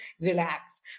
relax